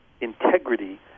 integrity